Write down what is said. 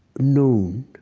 known